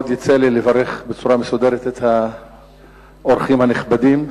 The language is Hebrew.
כבר יצא לי לברך בצורה מסודרת את האורחים הנכבדים.